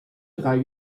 drei